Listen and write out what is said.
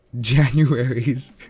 January's